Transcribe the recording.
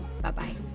Bye-bye